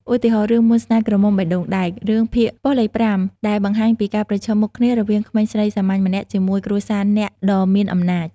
ឧទាហរណ៍ រឿង មន្តស្នេហ៍ក្រមុំបេះដូងដែក រឿងភាគប៉ុស្តិ៍លេខ៥ ដែលបង្ហាញពីការប្រឈមមុខគ្នារវាងក្មេងស្រីសាមញ្ញម្នាក់ជាមួយគ្រួសារអ្នកដ៏មានអំណាច។